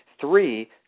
three